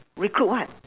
recruit what